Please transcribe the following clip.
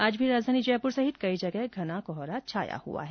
आज भी राजधानी जयपुर सहित कई जगह घना कोहरा छाया हुआ है